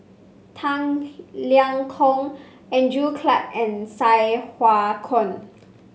Tang Liang Hong Andrew Clarke and Sai Hua Kuan